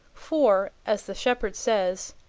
for, as the shepherd says,